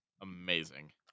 Amazing